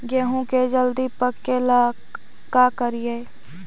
गेहूं के जल्दी पके ल का करियै?